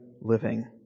living